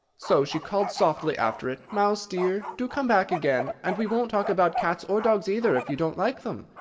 so she called softly after it, mouse dear! do come back again, and we won't talk about cats or dogs either, if you don't like them!